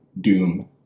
Doom